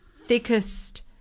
thickest